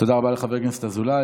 תודה רבה לחבר הכנסת ינון אזולאי.